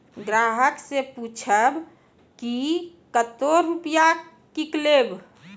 ग्राहक से पूछब की कतो रुपिया किकलेब?